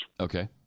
Okay